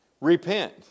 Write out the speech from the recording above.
repent